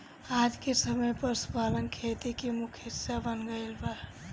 आजके समय में पशुपालन खेती के मुख्य हिस्सा बन गईल बा